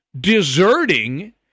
deserting